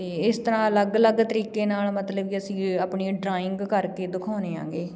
ਅਤੇ ਇਸ ਤਰ੍ਹਾਂ ਅਲੱਗ ਅਲੱਗ ਤਰੀਕੇ ਨਾਲ ਮਤਲਬ ਵੀ ਅਸੀਂ ਆਪਣੀ ਡਰਾਇੰਗ ਕਰਕੇ ਦਿਖਾਉਂਦੇ ਆਗੇ